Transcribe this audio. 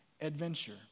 adventure